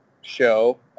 show